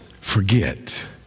forget